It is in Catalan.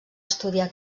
estudiar